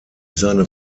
seine